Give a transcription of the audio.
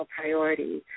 priority